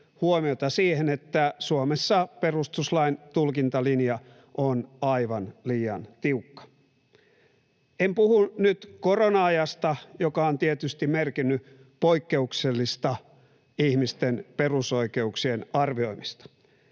huomiota siihen, että Suomessa perustuslain tulkintalinja on aivan liian tiukka. En puhu nyt korona-ajasta, joka on tietysti merkinnyt poikkeuksellista ihmisten perusoikeuksien arvioimista.